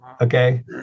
okay